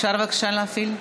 אפשר בבקשה להפעיל?